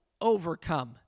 overcome